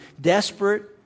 desperate